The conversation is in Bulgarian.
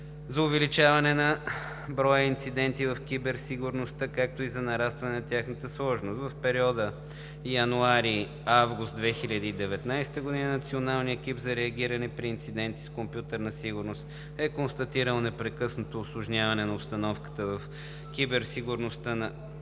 за увеличаване на броя на инцидентите в киберсигурността, както и за нарастване на тяхната сложност. В периода януари – август 2019 г. Националният екип за реагиране при инциденти с компютърната сигурност е констатирал непрекъснато усложняване на обстановката по киберсигурността на страната.